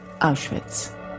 Auschwitz